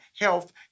health